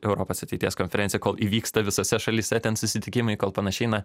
europos ateities konferencija kol įvyksta visose šalyse ten susitikimai kol panašiai na